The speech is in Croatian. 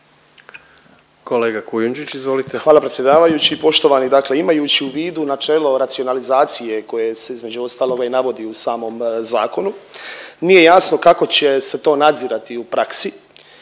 **Kujundžić, Ante (MOST)** Hvala predsjedavajući. Poštovani, dakle imajući u vidu načelo racionalizacije koje se između ostaloga i navodi u samom zakonu, nije jasno kako će se to nadzirati u praksi,